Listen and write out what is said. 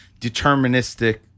deterministic